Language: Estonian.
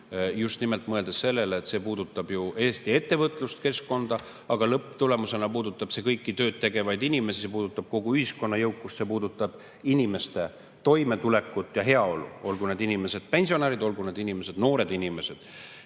just nimelt mõeldes sellele, et see puudutab Eesti ettevõtluskeskkonda. Lõpptulemusena puudutab see kõiki tööd tegevaid inimesi, see puudutab kogu ühiskonna jõukust, see puudutab inimeste toimetulekut ja heaolu, olgu need inimesed pensionärid või noored inimesed.